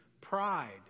pride